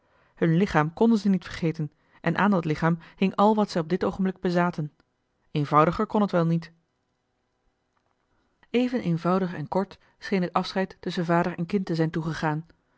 hun lichaam konden zij niet vergeten en aan dat lichaam hing al wat zij op dit oogenblik bezaten eenvoudiger kon het wel niet even eenvoudig en kort scheen het afscheid tusschen vader en kind te zijn toegegaan